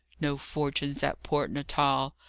no fortunes at port natal!